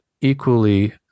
equally